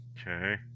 okay